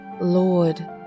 Lord